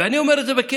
אני אומר את זה בכאב.